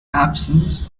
absence